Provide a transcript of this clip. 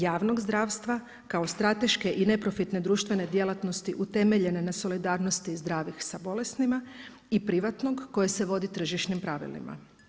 Javnog zdravstva kao strateške i neprofitne društvene djelatnosti utemeljene na solidarnosti zdravih sa bolesnima i privatnog koje se vodi tržišnim pravilima.